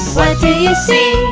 what do you see?